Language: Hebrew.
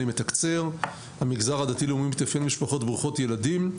המגזר הדתי לאומי מתאפיין במשפחות ברוכות ילדים.